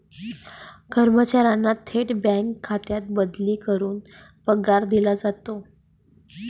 कर्मचाऱ्यांना थेट बँक खात्यात बदली करून पगार दिला जातो